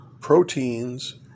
proteins